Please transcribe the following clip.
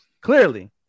Clearly